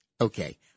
Okay